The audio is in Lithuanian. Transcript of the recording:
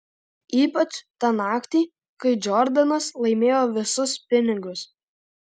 ypač tą naktį kai džordanas laimėjo visus pinigus